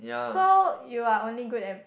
so you are only good at